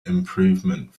improvement